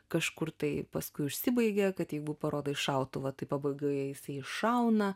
kažkur tai paskui užsibaigia kad jeigu parodai šautuvą tai pabaigoje jisai iššauna